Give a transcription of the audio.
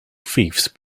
fiefs